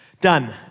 done